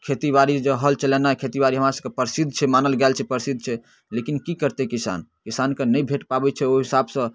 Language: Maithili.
खेतीबाड़ी जँ हल चलेनाए खेतीबाड़ी हमरासभके प्रसिद्ध छै मानल गेल छै प्रसिद्ध छै लेकिन कि करतै किसान किसान ने नहि भेटि पाबै छै ओहि हिसाबसँ